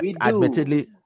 Admittedly